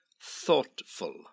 Thoughtful